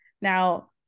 Now